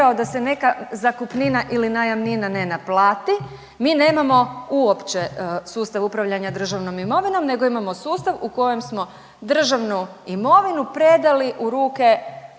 da se neka zakupnina ili najamnina ne naplati mi nemamo uopće sustav upravljanja državnom imovinom, nego imamo sustav u kojem smo državnu imovinu predali u ruke